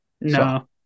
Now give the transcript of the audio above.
No